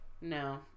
No